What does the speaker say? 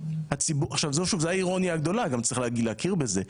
זאת האירוניה הגדולה וגם צריך להכיר בזה,